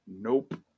Nope